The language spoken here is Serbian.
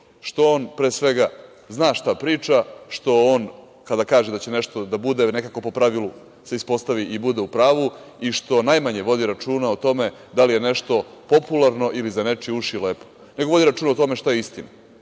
što on pre svega zna šta priča, što on kada kaže da će nešto da bude nekako po pravilu se ispostavi i bude u pravu i što najmanje vodi računa o tome da li je nešto popularno ili za nečije uši lepo, nego vodi računa o tome šta je istina. Da